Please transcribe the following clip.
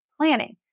planning